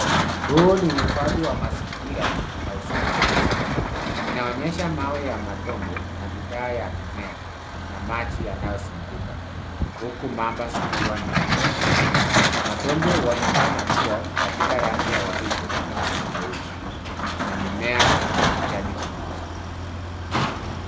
Huu ni uhifadhi wa mazingira na usimamizi. Inaonyesha mawe ya matombwe na bidhaa ya mimea na maji yanayozunguka huku mamba zikiwa ndani. Matombwe huonekana kuwa katika rangi ya waridi na nyeupe na mimea ni kijani kibichi.